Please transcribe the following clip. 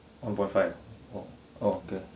one point five oh okay okay